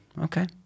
okay